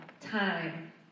Time